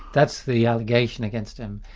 that's the allegation against him.